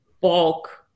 bulk